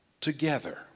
together